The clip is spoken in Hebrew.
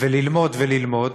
וללמוד וללמוד,